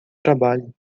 trabalho